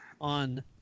On